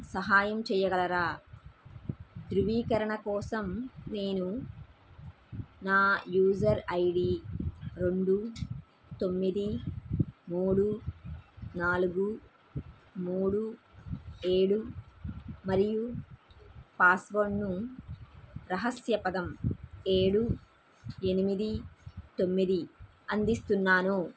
సహాయం చేయగలరా ధృవీకరణ కోసం నేను నా యూసర్ ఐడి రెండు తొమ్మిది మూడు నాలుగు మూడు ఏడు మరియు పాస్వర్డ్ను రహస్య పదం ఏడు ఎనిమిది తొమ్మిది అందిస్తున్నాను